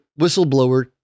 whistleblower